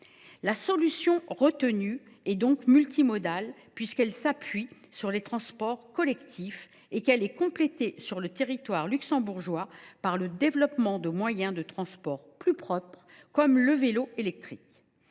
La solution retenue est donc multimodale, puisqu’elle s’appuie sur les transports collectifs et qu’elle est complétée, sur le territoire luxembourgeois, par le développement de moyens de transport plus propres, comme le vélo électrique.